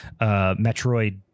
metroid